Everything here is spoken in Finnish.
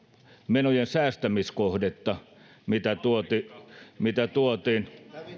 menojen säästämiskohdetta mitä tuotiin mitä tuotiin